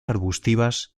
arbustivas